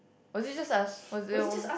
was it just like a was it